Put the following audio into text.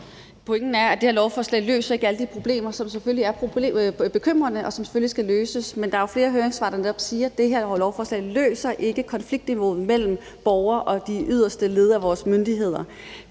Pointen er, at det her lovforslag ikke løser alle de problemer, som selvfølgelig er bekymrende, og som selvfølgelig skal løses. Der er jo flere høringssvar, der netop siger, at det her lovforslag ikke løser noget i forhold til konfliktniveauet mellem borgere og de yderste led af vores myndigheder.